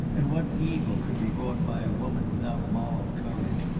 and what evil could be wrought by a woman without moral courage,